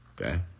okay